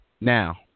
Now